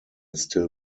still